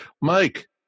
Mike